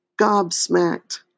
gobsmacked